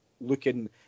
looking